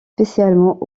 spécialement